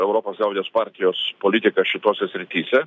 europos liaudies partijos politika šitose srityse